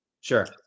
Sure